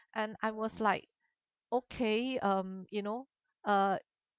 and I was like okay um you know uh